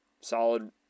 solid